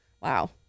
wow